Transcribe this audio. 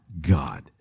God